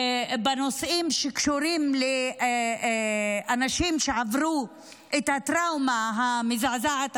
נושאים שקשורים לאנשים שעברו את הטראומה המזעזעת